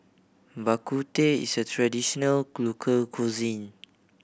Bak Kut Teh is a traditional local cuisine